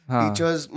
teachers